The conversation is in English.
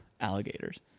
alligators